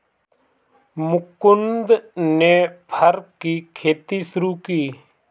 मुकुन्द ने फर की खेती शुरू की